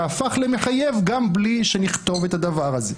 והפך למחייב גם בלי שנכתוב את הדבר הזה.